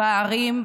בערים,